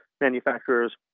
Manufacturers